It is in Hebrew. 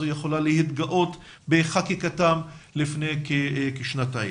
יכולה להתגאות בחקיקתם לפני כשנתיים.